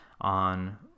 on